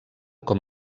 com